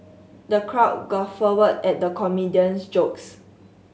the crowd guffawed at the comedian's jokes